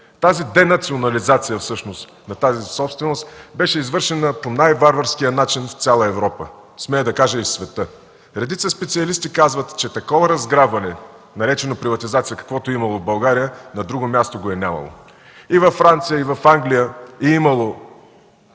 Тази денационализация всъщност на тази собственост беше извършена по най-варварския начин в цяла Европа, смея да кажа, и в света. Редица специалисти казват, че такова разграбване, наречено приватизация, каквото е имало в България, на друго място го е нямало. И във Франция, и в Англия е имало